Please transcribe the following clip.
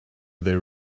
they